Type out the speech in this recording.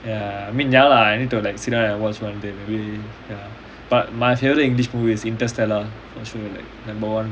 ya I mean ya lah I need to like sit down and watch one day maybe ya but my favourite english movie is interstellar for sure like number one